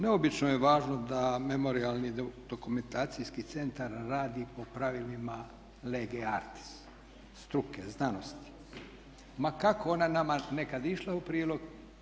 Neobično je važno da memorijalni-dokumentacijski centar radi po pravilima lege artis, struke, znanosti ma kako ona nama nekad išla u prilog.